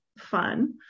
fun